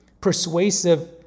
persuasive